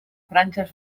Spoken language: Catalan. franges